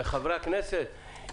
לחברי הכנסת,